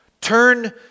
Turn